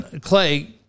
Clay